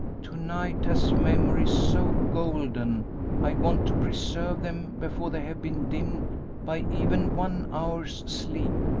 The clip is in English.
to-night has memories so golden i want to preserve them before they have been dimmed by even one hour's sleep!